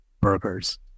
burgers